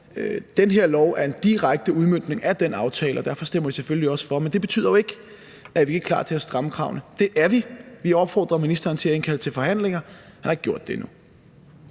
Det her lovforslag er en direkte udmøntning af den aftale, og derfor stemmer vi selvfølgelig også for. Men det betyder jo ikke, at vi ikke er klar til at stramme kravene. Det er vi. Vi opfordrer ministeren til at indkalde til forhandlinger. Han har ikke gjort det endnu.